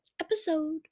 episode